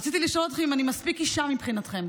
רציתי לשאול אתכם אם אני מספיק אישה מבחינתכם.